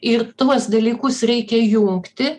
ir tuos dalykus reikia jungti